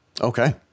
Okay